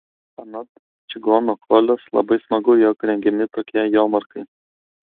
anot čigono kolios labai smagu jog rengiami tokie jomarkai